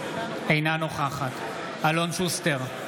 אינה נוכחת אלון שוסטר,